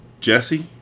Jesse